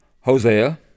Hosea